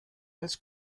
als